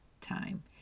time